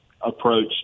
approach